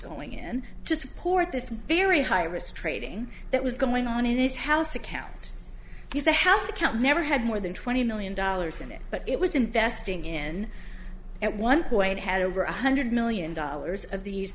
going in to support this very high risk trading that was going on in his house account he's a house account never had more than twenty million dollars in it but it was investing in at one point had over one hundred million dollars of these